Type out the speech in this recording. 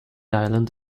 island